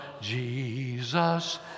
Jesus